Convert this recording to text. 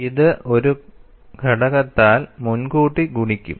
ഇത് ഒരു ഘടകത്താൽ മുൻകൂട്ടി ഗുണിക്കും